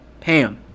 Pam